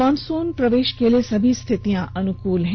monsoon प्रवेश के लिए सभी स्थितियां अनुकूल हैं